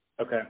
Okay